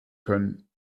können